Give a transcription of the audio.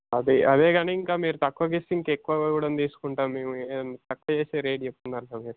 అదే అదే కానీ ఇంకా మీరు తక్కువకు ఇస్తే ఇంకా ఎక్కువ కూడా తీసుకుంటాము మేము ఏవమి తక్కువ చేసే రేటు చెప్పండి మరి